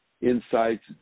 insights